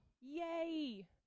Yay